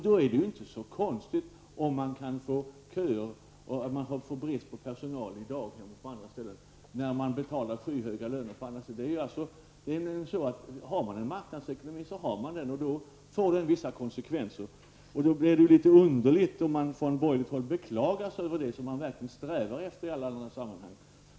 Då är det inte så konstigt om man får köer och brist på personal i daghem och på andra ställen när man betalar skyhöga löner på andra ställen. Har man en marknadsekonomi så har man den och då får man vissa konsekvenser. Då blir det litet underligt om man från borgerligt håll beklagar sig över det som man verkligen strävar efter i alla andra sammanhang.